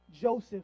joseph